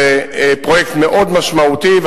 זה פרויקט מאוד משמעותי,